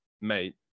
mate